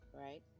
right